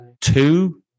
two